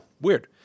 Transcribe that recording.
Weird